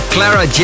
Clara